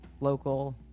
local